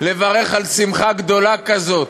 לברך על שמחה גדולה כזאת.